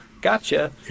Gotcha